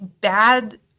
bad